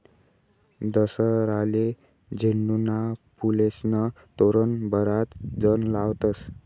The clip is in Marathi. दसराले झेंडूना फुलेस्नं तोरण बराच जण लावतस